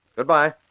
Goodbye